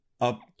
up